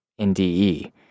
NDE